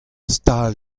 stal